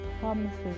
promises